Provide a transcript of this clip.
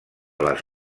les